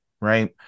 right